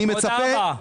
תודה רבה.